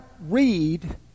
read